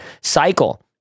cycle